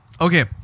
okay